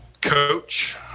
Coach